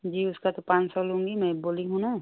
जी उसका तो पाँच सौ लूँगी मैं बोली हूँ ना